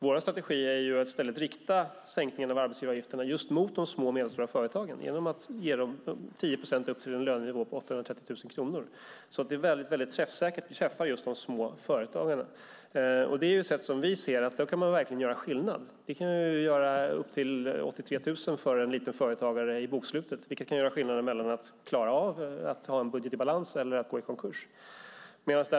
Vår strategi är i stället att rikta sänkningen av arbetsgivaravgifterna till de små och medelstora företagen genom att ge dem en sänkning på 10 procent upp till en lönenivå på 830 000 kronor. Det är mycket träffsäkert i fråga om de små företagarna. Vi anser att man då verkligen kan göra skillnad. Det kan innebära upp till 83 000 kronor i bokslutet för en liten företagare, vilket kan vara skillnaden mellan att klara av att ha en budget i balans och att gå i konkurs.